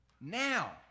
Now